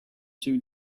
two